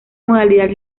modalidad